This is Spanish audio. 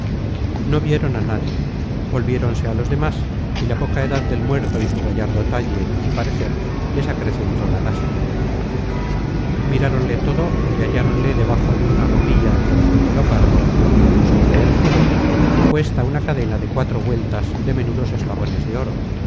no vieron a nadie volviéronse á los demas y la poca edad del muerto y su gallardo talle y parecer les acrecentó la lástima miráronle todo y halláronle debajo de una ropilla de terciopelo pardo sobre el jubon puesta una cadena de cuatro vueltas de menudos eslabones de oro